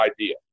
idea